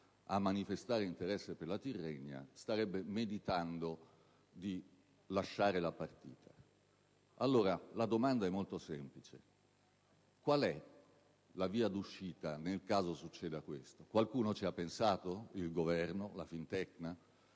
a manifestare interesse per la Tirrenia - starebbe meditando di lasciare la partita. La domanda è molto semplice: qual è la via d'uscita, nel caso succeda questo? Qualcuno - il Governo, la Fintecna